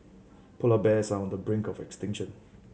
polar bears are on the brink of extinction